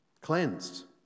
cleansed